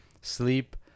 Sleep